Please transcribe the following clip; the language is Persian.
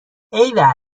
ایول